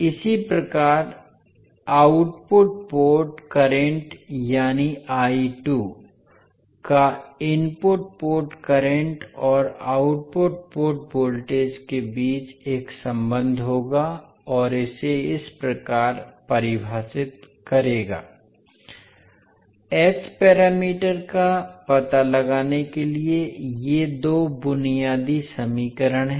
इसी प्रकार output port current यानी का इनपुट पोर्ट करंट और आउटपुट पोर्ट वोल्टेज के बीच एक संबंध होगा और इसे इस प्रकार परिभाषित करेगा एच पैरामीटर का पता लगाने के लिए ये दो बुनियादी समीकरण हैं